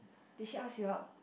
did she ask you out